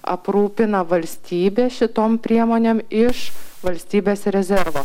aprūpina valstybė šitom priemonėm iš valstybės rezervo